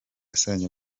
asaga